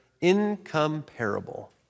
incomparable